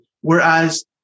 Whereas